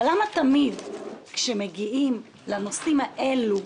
אבל למה תמיד כשמגיעים לנושאים האלה,